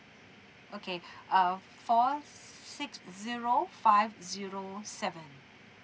okay uh four six zero five zero seven